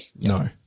No